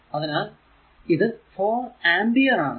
അതിനാൽ ഇത് 4 ആംപിയർ ആണ്